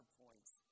points